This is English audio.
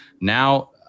now